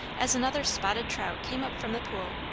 as another spotted trout came up from the pool.